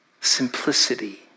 Simplicity